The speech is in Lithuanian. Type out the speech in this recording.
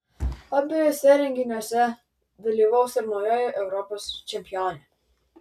abiejuose renginiuose dalyvaus ir naujoji europos čempionė